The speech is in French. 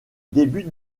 débute